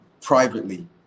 privately